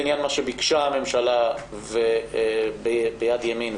לעניין מה שביקשה הממשלה ביד ימין,